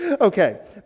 Okay